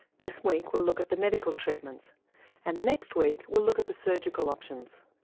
this week we'll look at the medical treatments and next week we'll look at the surgical options.